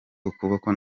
ukuboko